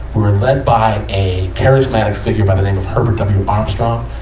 were led by a charismatic figure by the name of herbert w. armstrong.